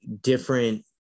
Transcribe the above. different